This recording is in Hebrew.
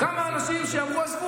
כמה אנשים אמרו: עזבו,